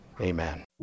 Amen